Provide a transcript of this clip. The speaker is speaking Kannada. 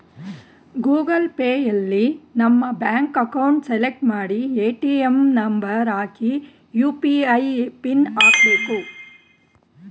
ಗೂಗಲ್ ಪೇಯಲ್ಲಿ ನಮ್ಮ ಬ್ಯಾಂಕ್ ಅಕೌಂಟ್ ಸೆಲೆಕ್ಟ್ ಮಾಡಿ ಎ.ಟಿ.ಎಂ ನಂಬರ್ ಹಾಕಿ ಯು.ಪಿ.ಐ ಪಿನ್ ಹಾಕ್ಬೇಕು